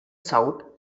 south